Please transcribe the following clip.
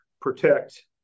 protect